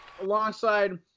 alongside